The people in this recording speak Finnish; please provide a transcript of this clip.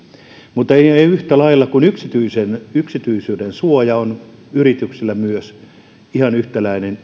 mutta yhtä lailla kuin yksityisen yksityisyydensuoja on yrityksillä myös ihan yhtäläinen